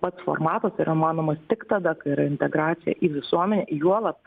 pats formatas yra įmanomas tik tada kai yra integracija į visuomenę juolab